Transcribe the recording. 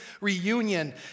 reunion